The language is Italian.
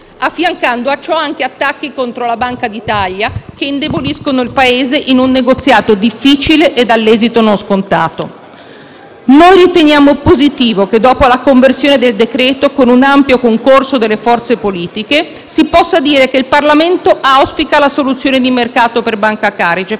affiancando a ciò anche attacchi contro la Banca d'Italia, che indeboliscono il Paese in un negoziato difficile e dall'esito non scontato. Noi riteniamo positivo che, dopo la conversione del decreto-legge con un ampio concorso delle forze politiche, si possa dire che il Parlamento auspica la soluzione di mercato per Banca Carige,